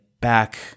back